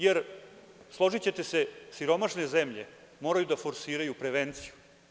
Jer, složićete se, siromašne zemlje moraju da forsiraju prevenciju.